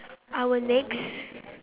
our next